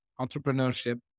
entrepreneurship